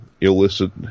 illicit